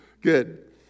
good